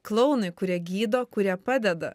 klounai kurie gydo kurie padeda